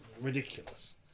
Ridiculous